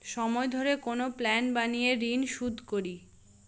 সময় ধরে কোনো প্ল্যান বানিয়ে ঋন শুধ করি